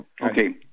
okay